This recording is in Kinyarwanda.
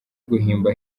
guhimba